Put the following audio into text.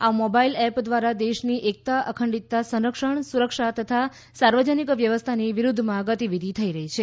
આ mobile app દ્વારા દેશની એકતા અખંડિતતા સંરક્ષણ સુરક્ષા તથા સાર્વજનિક વ્યવસ્થાની વિરૂધ્ધમાં ગતિવિધિ થઇ રહી છે